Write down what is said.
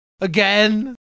again